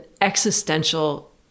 existential